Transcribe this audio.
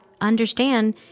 understand